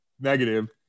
negative